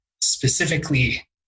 specifically